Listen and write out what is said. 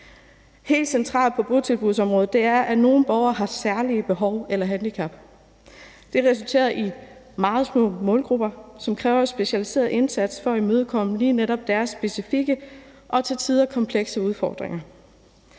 Helt centralt på botilbudsområdet er det, at nogle borgere har særlige behov eller handicap. Det har resulteret i meget små målgrupper, som kræver en specialiseret indsats for at imødekomme lige netop deres specifikke og til tider komplekse udfordringer.